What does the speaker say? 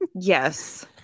Yes